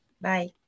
Bye